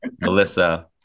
Melissa